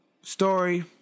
story